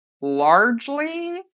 largely